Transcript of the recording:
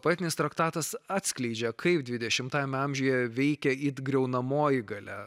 poetinis traktatas atskleidžia kaip dvidešimtajame amžiuje veikia it griaunamoji galia